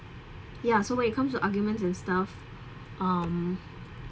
ya so when it comes to arguments and stuff um